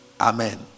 Amen